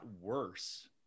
worse